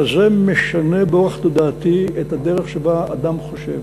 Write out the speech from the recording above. אלא זה משנה באורח תודעתי את הדרך שבה האדם חושב.